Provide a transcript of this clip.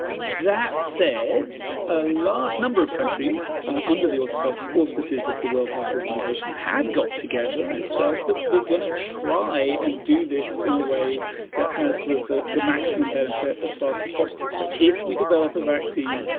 that said, a large number of countries ah under the auspices auspices of the world health organization have got together and said that we're going to try and do this in a way that has sort of the the maximum benefit as fast as possible. so if we develop a vaccine,